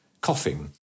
coughing